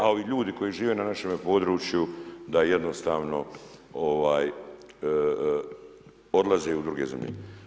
A ovi ljudi koji žive na našemu području, da jednostavno odlaze u druge zemlje.